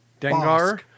Dengar